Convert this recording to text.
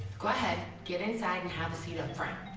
go ahead. get inside and have a seat up front.